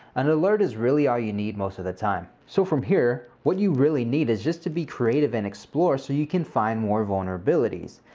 an alert is really all you need most of the time. so from here, what you really need is just to be creative and explore so you can find more vulnerabilities.